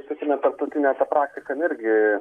sakykime tarptautinė praktika jin irgi